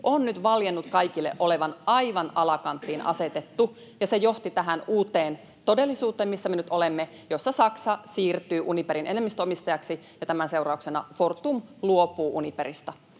on nyt valjennut kaikille olevan aivan alakanttiin asetettu, ja se johti tähän uuteen todellisuuteen, missä me nyt olemme, jossa Saksa siirtyy Uniperin enemmistöomistajaksi ja tämän seurauksena Fortum luopuu Uniperista.